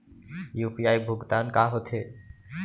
UPI भुगतान का होथे?